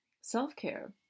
Self-care